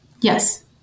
Yes